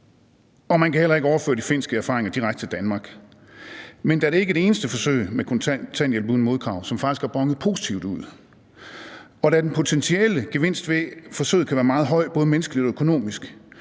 og man kan heller ikke overføre de finske erfaringer direkte til Danmark, men da det ikke er det eneste forsøg med kontanthjælp uden modkrav, som faktisk er bonet positivt ud, og da den potentielle gevinst ved forsøget kan være meget høj både menneskeligt og økonomisk,